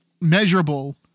measurable